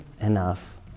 enough